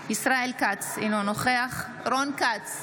ישראל כץ, אינו נוכח רון כץ,